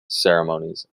ceremonies